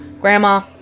Grandma